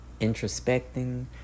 introspecting